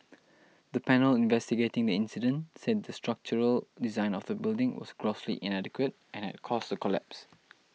the panel investigating the incident said the structural design of the building was grossly inadequate and had caused the collapse